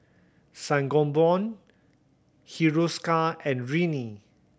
Sangobion Hiruscar and Rene